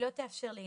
היא לא תאפשר לי.